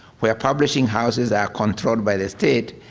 where publishing houses are controlled by the state,